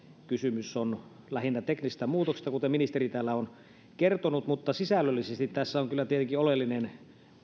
kysymys on lähinnä teknisistä muutoksista kuten ministeri täällä on kertonut mutta sisällöllisesti tässä on tietenkin oleellinen